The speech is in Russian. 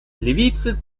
ливийцы